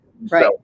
Right